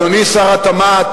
אדוני שר התמ"ת,